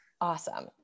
Awesome